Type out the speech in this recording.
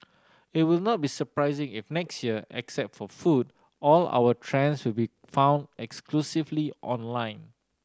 it will not be surprising if next year except for food all our trends will be found exclusively online